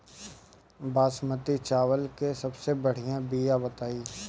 बासमती चावल के सबसे बढ़िया बिया बताई?